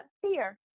Fear